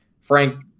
Frank